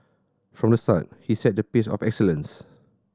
from the start he set the pace of excellence